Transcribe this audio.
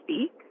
speak